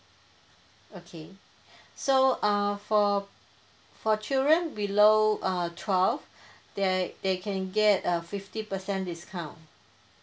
okay so uh for for children below uh twelve they they can get a fifty percent discount